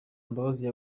mbabazi